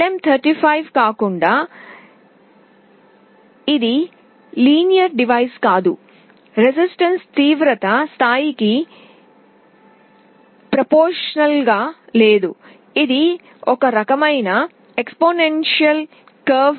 LM35 కాకుండా ఇది సరళ పరికరం కాదు ప్రతిఘటన తీవ్రత స్థాయికి అనులోమానుపాతంలో లేదు ఇది ఈ రకమైన ఘాతాంక వక్రతను